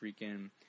freaking